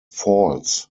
falls